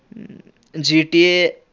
GTA